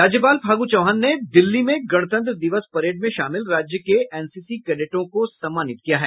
राज्यपाल फागू चौहान ने दिल्ली में गणतंत्र दिवस परेड में शामिल राज्य के एनसीसी कैंडेटों को सम्मानित किया है